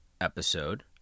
episode